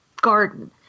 garden